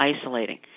isolating